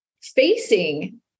facing